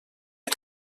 per